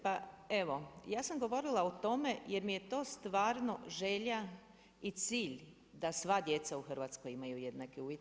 Pa evo, ja sam govorila o tome jer mi je to stvarno želja i cilj da sva djeca u Hrvatskoj imaju jednake uvjete.